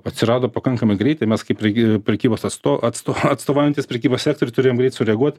atsirado pakankamai greitai mes kaip preky prekybos atsto atsto atstovaujantys prekybos sektoriui turėjom greit sureaguot